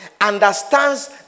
understands